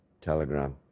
Telegram